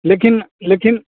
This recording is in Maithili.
लेकिन लेकिन